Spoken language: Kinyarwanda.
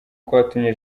kwatumye